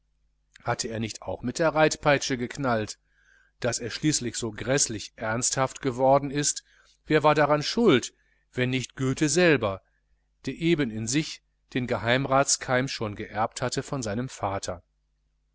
hatte er nicht auch mit der reitpeitsche geknallt daß er schließlich so gräßlich ernsthaft geworden ist wer war daran schuld wenn nicht goethe selber der eben in sich den geheimratskeim schon geerbt hatte von seinem vater